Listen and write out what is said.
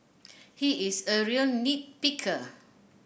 he is a real nit picker